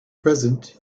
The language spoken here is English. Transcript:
present